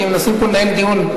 כי מנסים לנהל פה דיון.